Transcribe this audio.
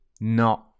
No